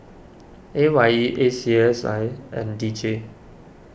A Y E A C S I and D J